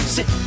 Sit